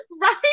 Right